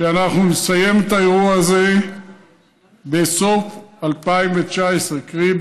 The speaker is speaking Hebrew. שאנחנו נסיים את האירוע הזה בסוף 2019. קרי,